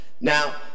Now